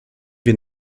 wir